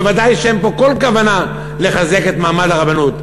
ודאי שאין פה כל כוונה לחזק את מעמד הרבנות.